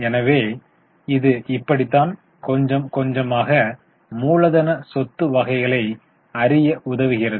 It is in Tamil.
எனவே இது இப்படித்தான் கொஞ்சம் கொஞ்சமாக மூலதன சொத்து வகைகளை அறிய உதவுகிறது